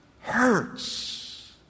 Hurts